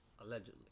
Allegedly